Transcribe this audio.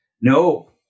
No